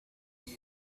the